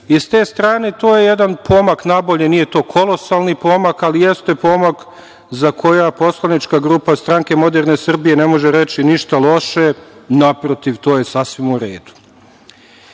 i s te strane to je jedan pomak nabolje. Nije to kolosalni pomak, ali jeste pomak za koji poslanička grupa Stranke moderne Srbije ne može reći ništa loše. Naprotiv, to je sasvim u redu. Ja